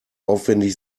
aufwendig